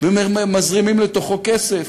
ומזרימים לתוכו כסף,